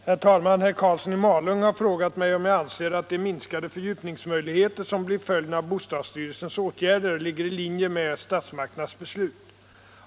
Herr talman! Herr Karlsson i Malung har frågat mig om jag anser att de minskade fördjupningsmöjligheter som blir följden av bostadsstyrelsens åtgärder ligger i linje med statsmakternas beslut.